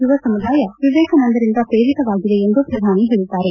ಯುವ ಸಮುದಾಯ ವಿವೇಕಾನಂದರಿಂದ ಪ್ರೇರಿತವಾಗಿದೆ ಎಂದು ಪ್ರಧಾನಿ ಹೇಳಿದ್ದಾರೆ